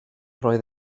roedd